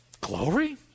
Glory